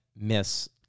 miss